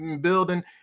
building